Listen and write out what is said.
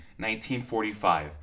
1945